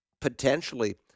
potentially